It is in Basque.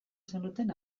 zenuten